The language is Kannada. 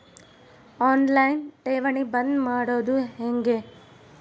ಆನ್ ಲೈನ್ ಠೇವಣಿ ಬಂದ್ ಮಾಡೋದು ಹೆಂಗೆ?